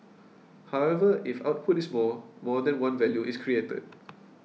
however if output is more more than one value is created